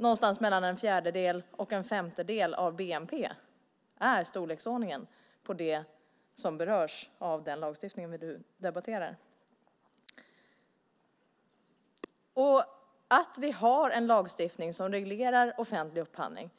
Någonstans mellan en fjärdedel och en femtedel av bnp är storleksordningen på det som berörs av den lagstiftning vi nu debatterar. Att vi har en lagstiftning som reglerar offentlig upphandling